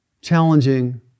challenging